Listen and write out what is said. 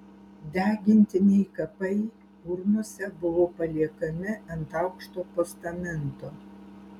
degintiniai kapai urnose buvo paliekami ant aukšto postamento